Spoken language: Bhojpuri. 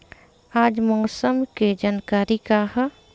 आज मौसम के जानकारी का ह?